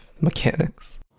mechanics